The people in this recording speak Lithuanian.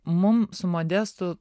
mum su modestu